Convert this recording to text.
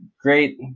great